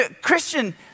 Christian